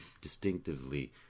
distinctively